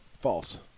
False